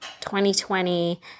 2020